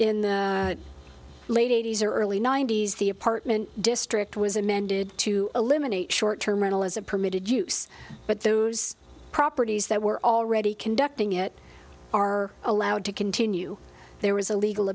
in the late eighty's or early ninety's the apartment district was amended to eliminate short terminal as a permitted use but those properties that were already conducting it are allowed to continue there was a legal